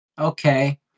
Okay